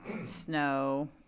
snow